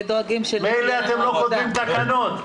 מילא אתם לא כותבים תקנות.